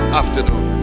afternoon